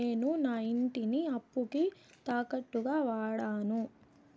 నేను నా ఇంటిని అప్పుకి తాకట్టుగా వాడాను